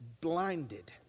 blinded